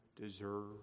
deserve